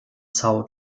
são